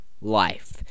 life